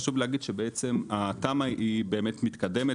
חשוב להגיד שהתמ"א מתקדמת,